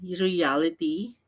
reality